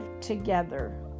together